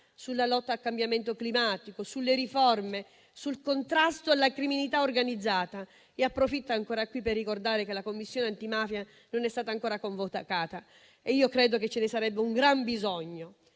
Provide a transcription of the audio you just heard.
sulla lotta al cambiamento climatico, sulle riforme e sul contrasto alla criminalità organizzata e approfitto qui per ricordare che la Commissione antimafia non è stata ancora convocata, mentre credo che ce ne sarebbe un gran bisogno.